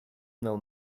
know